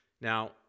Now